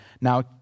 now